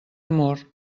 mor